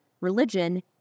religion